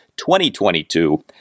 2022